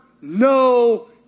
no